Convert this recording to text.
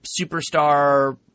superstar